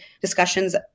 discussions